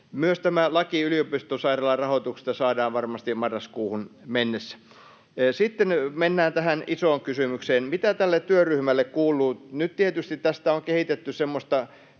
Tämä laki yliopistosairaalarahoituksesta saadaan varmasti marraskuuhun mennessä. Sitten mennään tähän isoon kysymykseen: mitä tälle työryhmälle kuuluu? Nyt tietysti tästä on kehitetty semmoista